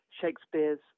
Shakespeare's